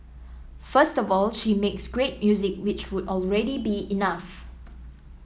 first of all she makes great music which would already be enough